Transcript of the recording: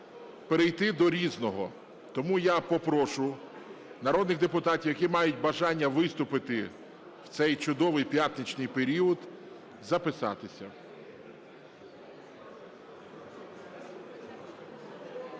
перейти до "Різного". Тому я попрошу народних депутатів, які мають бажання виступити в цей чудовий п'ятничний період записатися.